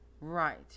Right